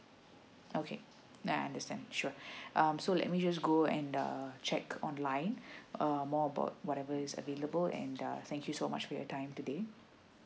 okay I understand sure um so let me just go and uh check online um more about whatever is available and uh thank you so much for your time today